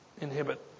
inhibit